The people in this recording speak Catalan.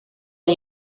era